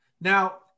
Now